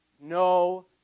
no